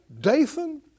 Dathan